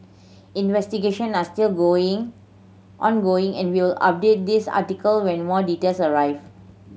investigation are still going ongoing and we'll update this article when more details arrive